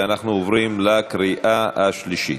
אנחנו עוברים לקריאה השלישית.